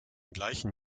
gleichen